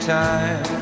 time